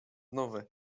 nowe